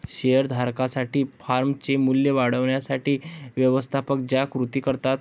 share धारकांसाठी फर्मचे मूल्य वाढवण्यासाठी व्यवस्थापक ज्या कृती करतात